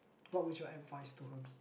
what would your advice to her be